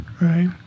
Right